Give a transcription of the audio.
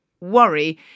worry